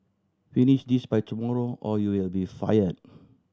finish this by tomorrow or you will be fired